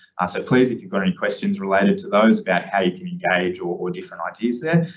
ah so please, if you've got any questions related to those about how you can engage, or different ideas there,